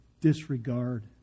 disregard